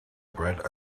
bread